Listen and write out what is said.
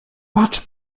patrz